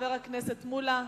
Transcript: חבר הכנסת מולה?